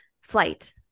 flight